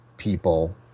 people